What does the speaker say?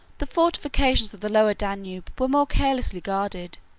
the fortifications of the lower danube were more carelessly guarded,